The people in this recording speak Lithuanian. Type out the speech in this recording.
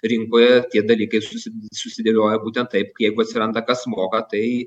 rinkoje tie dalykai susi susidėlioja būtent taip jeigu atsiranda kas moka tai